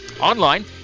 Online